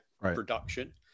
production